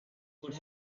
could